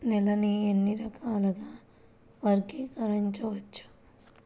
నేలని ఎన్ని రకాలుగా వర్గీకరించవచ్చు?